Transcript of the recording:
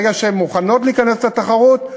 ברגע שהן מוכנות להיכנס לתחרות,